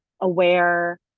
aware